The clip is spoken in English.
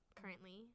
currently